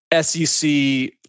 SEC